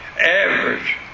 average